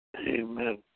Amen